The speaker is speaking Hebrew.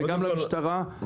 וגם למשטרה,